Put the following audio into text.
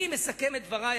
אני מסכם את דברי,